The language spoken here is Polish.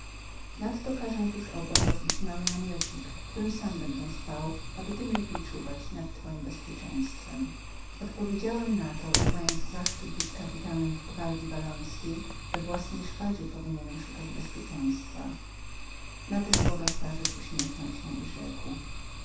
nadto każę zatoczyć przy wejściu małą harmatkę obok której sam będę spał aby tem lepiej czuwać nad twojem bezpieczeństwem odpowiedziałem na to że mając zaszczyt być kapitanem w gwardyi wallońskiej we własnej szpadzie powinienembył szukać bezpieczeństwa na te słowa starzec uśmiechnął się i rzekł